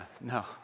no